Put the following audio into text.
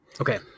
Okay